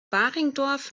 baringdorf